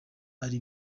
ari